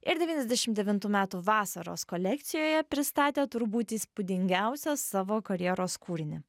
ir devyniasdešim devintų metų vasaros kolekcijoje pristatė turbūt įspūdingiausią savo karjeros kūrinį